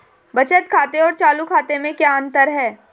बचत खाते और चालू खाते में क्या अंतर है?